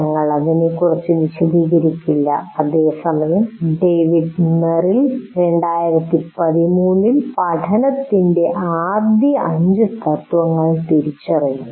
ഞങ്ങൾ അതിനെക്കുറിച്ച് വിശദീകരിക്കില്ല അതേസമയം ഡേവിഡ് മെറിൽ 2013 ൽ പഠനത്തിന്റെ ആദ്യ അഞ്ച് തത്ത്വങ്ങൾ തിരിച്ചറിഞ്ഞു